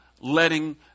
letting